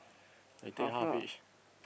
I take half each